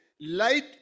Light